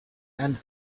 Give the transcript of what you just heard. and